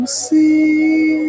see